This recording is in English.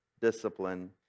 discipline